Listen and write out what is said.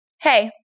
Hey